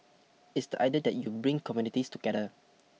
it's the idea that you bring communities together